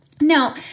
Now